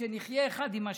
ושנחיה אחד עם השני,